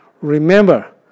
remember